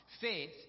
Faith